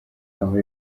aho